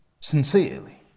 Sincerely